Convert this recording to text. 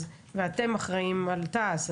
ואתם אחראיים על תעש,